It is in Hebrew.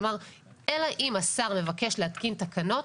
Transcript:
כלומר, אלא אם השר מבקש להתקין תקנות,